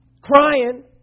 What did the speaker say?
crying